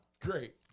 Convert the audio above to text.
great